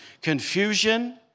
confusion